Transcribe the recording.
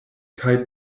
kaj